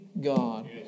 God